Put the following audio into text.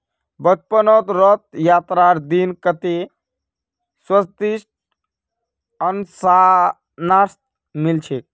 बचपनत रथ यात्रार दिन कत्ते स्वदिष्ट अनन्नास मिल छिले